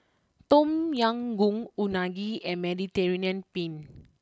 Tom Yam Goong Unagi and Mediterranean Penne